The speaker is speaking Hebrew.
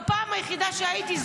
בפעם היחידה שהייתי,